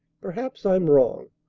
perhaps i'm wrong.